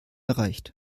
erreicht